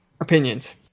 opinions